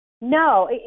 No